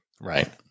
Right